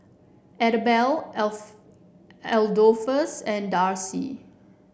Idabelle Adolphus and Darci